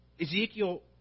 Ezekiel